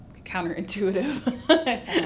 counterintuitive